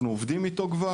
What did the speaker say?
אנחנו עובדים איתו כבר.